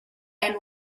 and